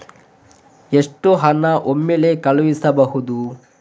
ಎಷ್ಟು ಹಣ ಒಮ್ಮೆಲೇ ಕಳುಹಿಸಬಹುದು?